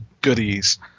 goodies